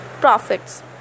profits